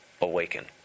awaken